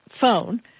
phone